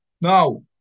now